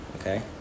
okay